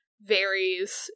varies